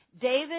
David